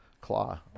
Claw